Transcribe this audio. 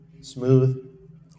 smooth